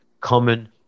common